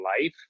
life